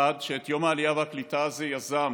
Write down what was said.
דבר אחד, את יום העלייה והקליטה הזה יזם